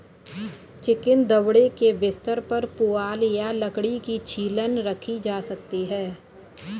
chicken दड़बे के बिस्तर पर पुआल या लकड़ी की छीलन रखी जा सकती है